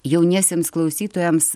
jauniesiems klausytojams